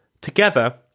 Together